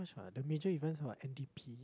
but the major events are like N_D_P